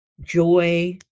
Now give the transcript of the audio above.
joy